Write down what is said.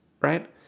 right